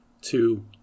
two